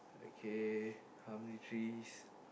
okay how many trees